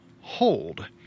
hold